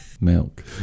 milk